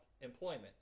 employment